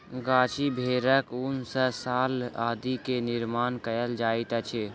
गद्दी भेड़क ऊन सॅ शाल आदि के निर्माण कयल जाइत अछि